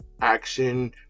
action